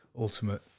ultimate